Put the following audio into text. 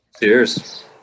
Cheers